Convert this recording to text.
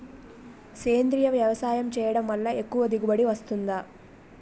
సేంద్రీయ వ్యవసాయం చేయడం వల్ల ఎక్కువ దిగుబడి వస్తుందా?